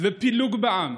ופילוג בעם.